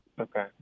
Okay